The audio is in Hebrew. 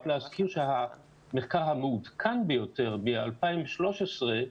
רק להזכיר, שהמחקר המעודכן ביותר ב-2013,